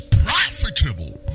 profitable